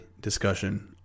discussion